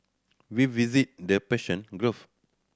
we visited the Persian Gulf